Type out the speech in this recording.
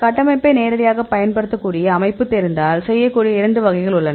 கட்டமைப்பை நேரடியாகப் பயன்படுத்தக்கூடிய அமைப்பு தெரிந்தால் செய்யக்கூடிய இரண்டு வகைகள் உள்ளன